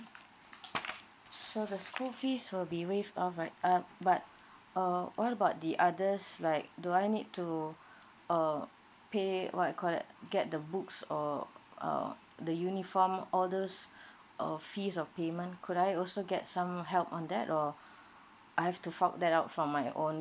so the school fees will be waived off right uh but uh what about the others like do I need to uh pay what you call that get the books or uh the uniform all those uh fees or payment could I also get some help on that or I have to fork that out from my own